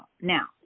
now